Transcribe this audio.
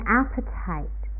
appetite